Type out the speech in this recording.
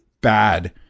bad